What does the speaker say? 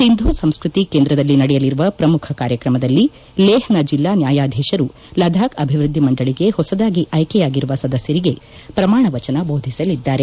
ಸಿಂಧೂ ಸಂಸ್ಕತಿ ಕೇಂದ್ರದಲ್ಲಿ ನಡೆಯಲಿರುವ ಪ್ರಮುಖ ಕಾರ್ಯಕ್ರಮದಲ್ಲಿ ಲೇಹ್ನ ಜಿಲ್ಲಾ ನ್ಯಾಯಾಧೀಶರು ಲದ್ದಾಬ್ ಅಭಿವೃದ್ದಿ ಮಂಡಳಿಗೆ ಹೊಸದಾಗಿ ಆಯ್ಕೆಯಾಗಿರುವ ಸದಸ್ಕರಿಗೆ ಪ್ರಮಾಣ ವಚನ ಬೋಧಿಸಲಿದ್ದಾರೆ